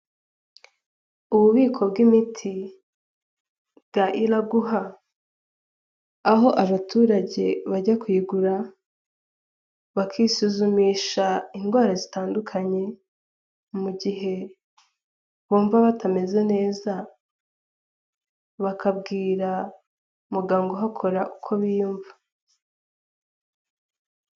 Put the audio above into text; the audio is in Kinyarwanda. Ububiko bw' imiti bwa Iraguha, aho abaturage bajya kuyigura bakisuzumisha indwara zitandukanye mu gihe bumva batameze neza bakabwira muganga uhakora uko biyumva.